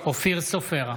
אופיר סופר,